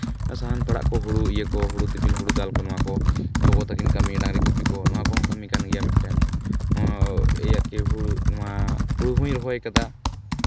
ᱥᱟᱦᱟᱱ ᱯᱟᱲᱟᱜ ᱠᱚ ᱦᱳᱲᱳ ᱤᱭᱟᱹ ᱠᱚ ᱦᱳᱲᱳ ᱫᱤᱯᱤᱞ ᱦᱳᱲᱳ ᱫᱟᱞ ᱱᱚᱣᱟᱠᱚ ᱜᱚᱜᱚ ᱛᱟᱹᱠᱤᱱ ᱠᱟᱹᱢᱤ ᱮᱱᱟᱝ ᱨᱮ ᱜᱩᱯᱤ ᱠᱚ ᱱᱚᱣᱟ ᱠᱚᱦᱚᱸ ᱠᱟᱹᱢᱤ ᱠᱟᱱ ᱜᱮᱭᱟ ᱢᱤᱫᱴᱮᱱ ᱮᱭ ᱟᱨᱠᱤ ᱦᱳᱲᱳ ᱱᱚᱣᱟ ᱦᱳᱲᱳ ᱦᱚᱸᱧ ᱨᱚᱦᱚᱭ ᱠᱟᱫᱟ